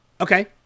Okay